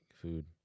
food